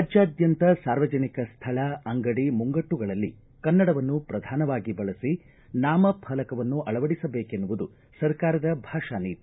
ರಾಜ್ಯಾದ್ಯಂತ ಸಾರ್ವಜನಿಕ ಸ್ಥಳ ಅಂಗಡಿ ಮುಂಗಟ್ಟುಗಳಲ್ಲಿ ಕನ್ನಡವನ್ನು ಪ್ರಧಾನವಾಗಿ ಬಳಸಿ ನಾಮಫಲಕವನ್ನು ಅಳವಡಿಸದೇಕೆನ್ನುವುದು ಸರ್ಕಾರದ ಭಾಷಾನೀತಿ